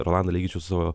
rolandą lyginčiau su